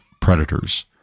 predators